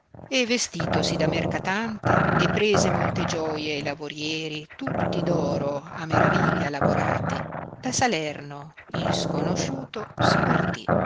e vestitosi da mercatante e prese molte gioie e lavorieri tutti d oro a maraviglia lavorati da salerno isconosciuto si partì